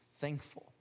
thankful